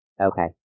Okay